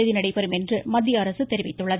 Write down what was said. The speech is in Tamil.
தேதி நடைபெறும் என்று மத்திய அரசு தெரிவித்துள்ளது